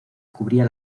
cubría